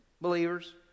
Believers